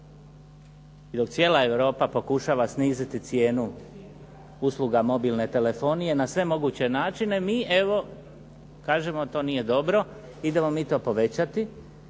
Dok cijela Europa pokušava sniziti cijenu usluga mobilne telefonije na sve moguće načine, mi evo kažemo to nije dobro, idemo mi to povećati